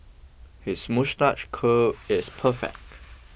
his moustache curl is perfect